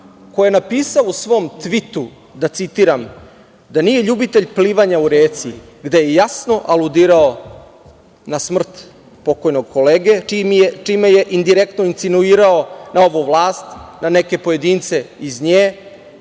koje je napisao u svom tvitu, da citiram – da nije ljubitelj plivanja u reci gde je jasno aludirao na smrt pokojnog kolege čime je indirektno insinuirao novu vlast na neke pojedince iz nje